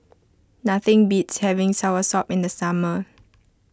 nothing beats having Soursop in the summer